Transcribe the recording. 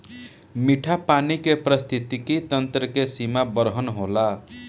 मीठा पानी के पारिस्थितिकी तंत्र के सीमा बरहन होला